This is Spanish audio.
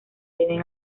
deben